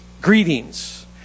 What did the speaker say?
Greetings